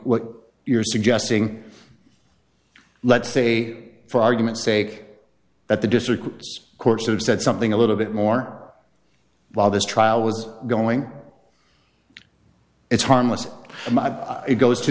what you're suggesting let's say for argument's sake that the district courts have said something a little bit more while this trial was going it's harmless it goes to